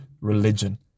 religion